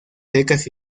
secas